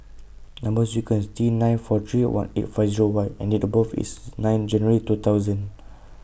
Number sequence IS T nine four three one eight five Zero Y and Date birth IS nine January two thousand